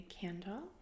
candle